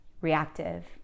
reactive